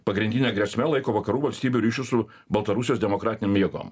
pagrindine grėsme laiko vakarų valstybių ryšius su baltarusijos demokratinėm jėgom